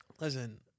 Listen